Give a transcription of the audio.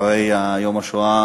אחרי יום השואה,